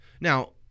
Now